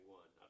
one